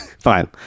Fine